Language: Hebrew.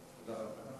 תודה רבה.